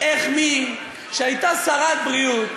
איך מי שהייתה שרת בריאות,